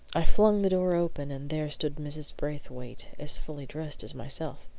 i flung the door open, and there stood mrs. braithwaite, as fully dressed as myself.